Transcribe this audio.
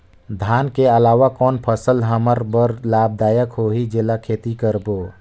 धान के अलावा कौन फसल हमर बर लाभदायक होही जेला खेती करबो?